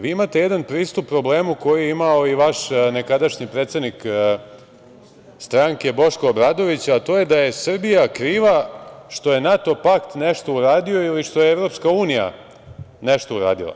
Vi imate jedan pristup problemu koji je imao i vaš nekadašnji predsednik stranke Boško Obradović, a to je da je Srbija kriva što je NATO pakt nešto uradio ili što je EU nešto uradila.